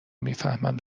میفهمم